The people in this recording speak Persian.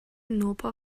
نوپا